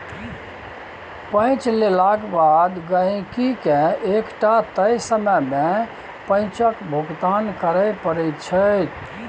पैंच लेलाक बाद गहिंकीकेँ एकटा तय समय मे पैंचक भुगतान करय पड़ैत छै